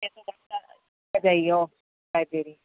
library